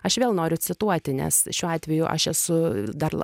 aš vėl noriu cituoti nes šiuo atveju aš esu dar